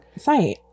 fight